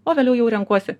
o vėliau jau renkuosi